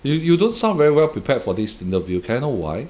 yo~ you don't sound very well prepared for this interview can I know why